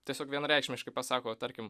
tiesiog vienareikšmiškai pasako tarkim